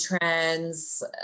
trends